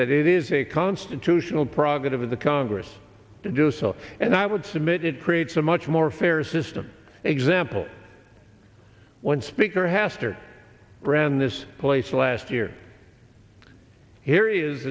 that it is a constitutional prerogatives of the congress to do so and i would submit it creates a much more fair system example when speaker hastert ran this place last year here is